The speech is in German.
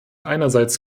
einerseits